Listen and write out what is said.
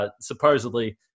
Supposedly